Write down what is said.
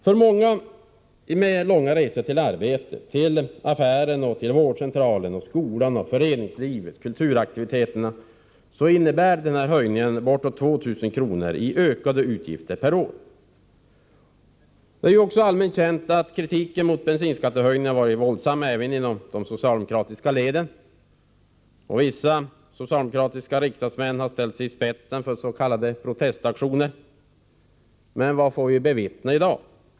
För många med långa resor till arbetet, affären, vårdcentralen, skolan, föreningslivet eller kulturaktiviteterna innebär höjningen bortåt 2 000 kr. i ökade utgifter per år. Det är allmänt känt att kritiken mot bensinskattehöjningen varit våldsam även inom de socialdemokratiska leden, och vissa socialdemokratiska riksdagsmän har ställt sig i spetsen för s.k. protestaktioner. Men vad får vi bevittna i dag?